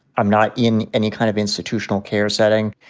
i'm not in any kind of institutional care setting.